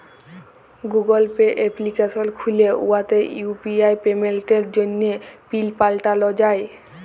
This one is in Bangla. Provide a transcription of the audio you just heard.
গুগল পে এপ্লিকেশল খ্যুলে উয়াতে ইউ.পি.আই পেমেল্টের জ্যনহে পিল পাল্টাল যায়